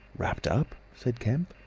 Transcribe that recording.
wrapped up! said kemp.